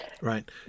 right